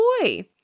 boy